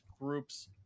groups